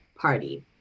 party